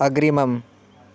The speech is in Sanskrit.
अग्रिमम्